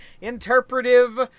interpretive